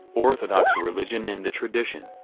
orthodox religion and the tradition,